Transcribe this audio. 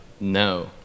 No